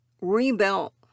rebuilt